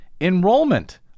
enrollment